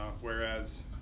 Whereas